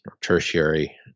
tertiary